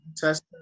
test